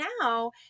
now